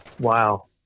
Wow